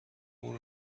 اون